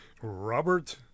Robert